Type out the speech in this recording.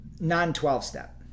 non-12-step